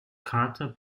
carter